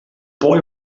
boy